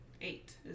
eight